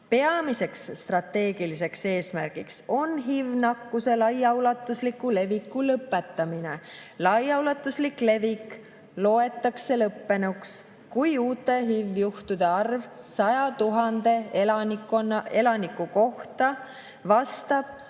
Peamine strateegiline eesmärk on HIV-nakkuse laiaulatusliku leviku lõpetamine. Laiaulatuslik levik loetakse lõppenuks, kui uute HIV-juhtude arv 100 000 elaniku kohta vastab